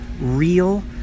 real